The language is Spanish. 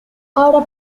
ahora